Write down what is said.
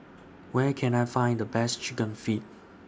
Where Can I Find The Best Chicken Feet